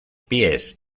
pies